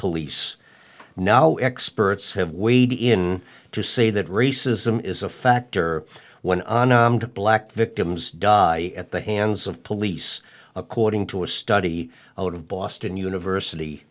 police now experts have weighed in to say that racism is a factor when black victims die at the hands of police according to a study out of boston university